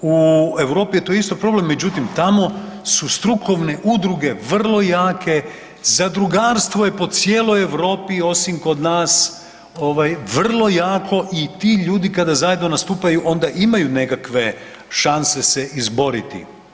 u Europi je to isto problem, međutim tamo su strukovne udruge vrlo jake, zadrugarstvo je po cijeloj Europi osim kod nas vrlo jako i ti ljudi kada zajedno nastupaju onda imaju nekakve šanse se izboriti.